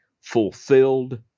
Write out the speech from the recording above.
fulfilled